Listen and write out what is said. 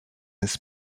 his